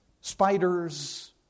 spiders